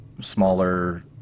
smaller